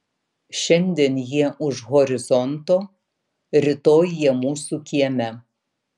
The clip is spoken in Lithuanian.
šiandien jie už horizonto rytoj jie mūsų kieme